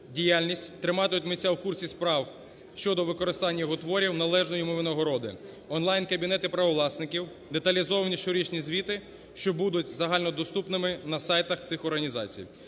діяльність, триматимуть митця в курсі справ щодо використання його творів, належної йому винагороди. Онлайн-кабінети правовласників деталізовані щорічні звіти, що будуть загальнодоступними на сайтах цих організацій.